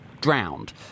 drowned